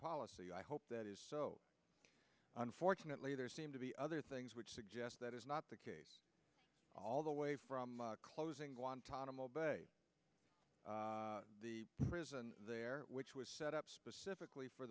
policy i hope that is unfortunately there seem to be other things which suggest that is not the case all the way from closing guantanamo bay the prison there which was set up specifically for